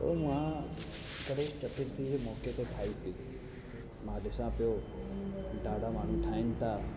उहो मां गणेश चतुर्थी जे मौके ते ठाही हुई मां ॾिसां पियो ॾाढा माण्हू ठाहीनि था